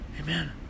Amen